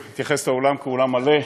מלא,